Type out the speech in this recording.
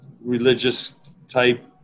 religious-type